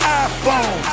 iPhone